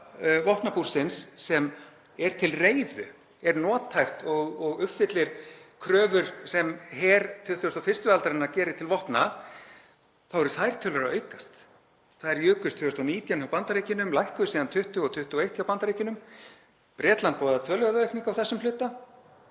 vopnabúrsins sem er til reiðu, er nothæft og uppfyllir kröfur sem her 21. aldarinnar gerir til vopna, þá eru þær tölur að aukast. Þær jukust 2019 hjá Bandaríkjunum en lækkuðu síðan 2020 og 2021 hjá Bandaríkjunum. Bretland boðaði töluverða aukningu á þessum hluta.